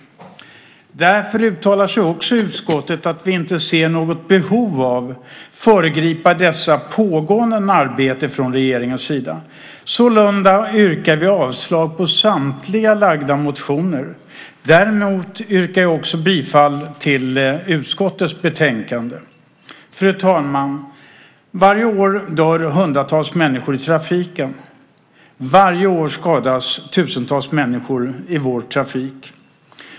Därför uttalar utskottet att vi inte ser något behov av att föregripa detta pågående arbete från regeringens sida. Vi yrkar därför avslag på samtliga lagda motioner. Däremot yrkar jag bifall till utskottets förslag i betänkandet. Fru talman! Varje år dör hundratals människor i trafiken. Varje år skadas tusentals människor i vår trafik.